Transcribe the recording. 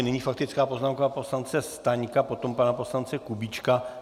Nyní faktická poznámka poslance Staňka, potom pana poslance Kubíčka.